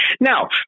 Now